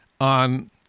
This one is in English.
on